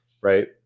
right